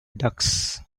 ducks